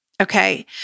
Okay